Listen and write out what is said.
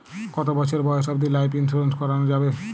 কতো বছর বয়স অব্দি লাইফ ইন্সুরেন্স করানো যাবে?